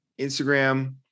Instagram